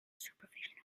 supervision